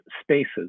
spaces